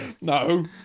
No